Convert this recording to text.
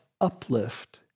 uplift